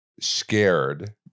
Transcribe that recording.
scared